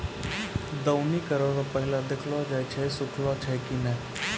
दौनी करै रो पहिले देखलो जाय छै सुखलो छै की नै